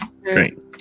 Great